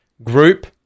Group